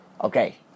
Okay